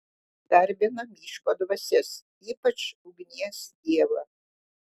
garbina miško dvasias ypač ugnies dievą